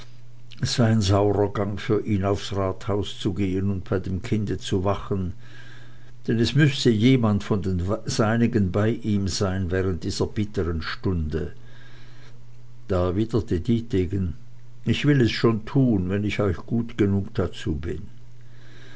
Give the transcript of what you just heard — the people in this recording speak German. saurer gang für ihn aufs rathaus zu gehen und bei dem kind zu wachen denn es müsse jemand von den seinigen bei ihm sein während dieser bitteren stunde da erwiderte dietegen ich will es schon tun wenn ich euch gut genug dazu bin